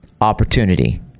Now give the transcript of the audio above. opportunity